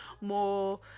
more